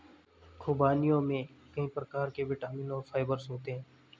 ख़ुबानियों में कई प्रकार के विटामिन और फाइबर होते हैं